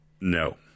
No